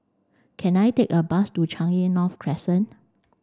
can I take a bus to Changi North Crescent